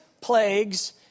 plagues